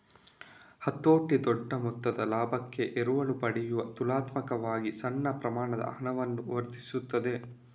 ಹತೋಟಿ ದೊಡ್ಡ ಮೊತ್ತದ ಲಾಭಕ್ಕೆ ಎರವಲು ಪಡೆಯುವ ತುಲನಾತ್ಮಕವಾಗಿ ಸಣ್ಣ ಪ್ರಮಾಣದ ಹಣವನ್ನು ವರ್ಧಿಸುತ್ತದೆ